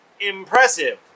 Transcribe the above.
impressive